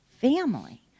family